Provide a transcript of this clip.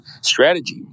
strategy